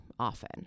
often